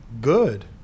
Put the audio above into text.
good